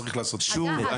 צריך לעשות שיעורי בית.